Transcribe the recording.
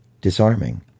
Disarming